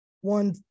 one